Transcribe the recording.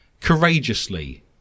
Courageously